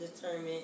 determine